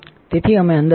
તેથી અમે અંદર જુઓ